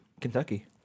Kentucky